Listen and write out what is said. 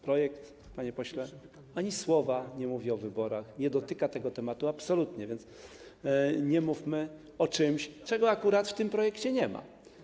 Projekt, panie pośle, ani słowa nie mówi o wyborach, nie dotyka tego tematu absolutnie, więc nie mówmy o czymś, czego akurat w tym projekcie nie ma.